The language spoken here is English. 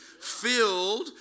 filled